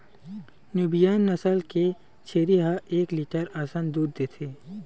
Nubian नसल के छेरी ह एक लीटर असन दूद देथे